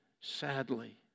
sadly